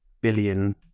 billion